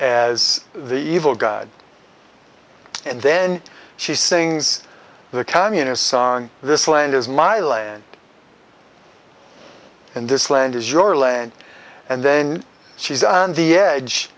as the evil god and then she sings the communist sun this land is my land and this land is your land and then she's on the edge